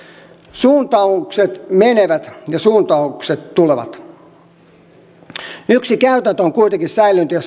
suuntaukset menevät ja suuntaukset tulevat yksi käytäntö on kuitenkin säilynyt ja